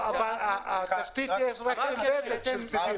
בגלל